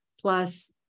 plus